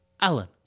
Alan